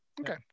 Okay